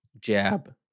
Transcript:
jab